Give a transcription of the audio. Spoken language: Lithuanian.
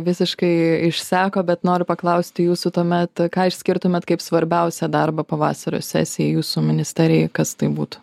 visiškai išseko bet noriu paklausti jūsų tuomet ką išskirtumėt kaip svarbiausią darbą pavasario sesijai jūsų ministerijoj kas tai būtų